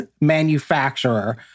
manufacturer